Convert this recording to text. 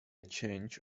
change